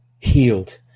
healed